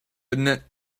innit